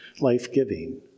life-giving